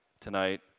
tonight